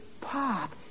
Pop